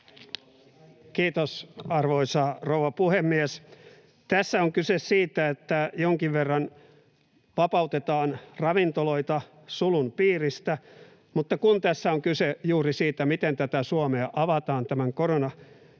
hyvä. Arvoisa rouva puhemies! Tässä on kyse siitä, että jonkin verran vapautetaan ravintoloita sulun piiristä, mutta kun tässä on kyse juuri siitä, miten Suomea avataan tämän koronakriisin,